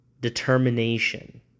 determination